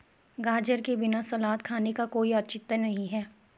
गाजर के बिना सलाद खाने का कोई औचित्य नहीं है